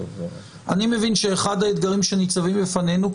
אני מבין שאחד האתגרים שניצבים בפנינו,